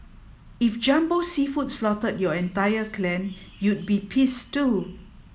if Jumbo Seafood slaughtered your entire clan you'd be pissed too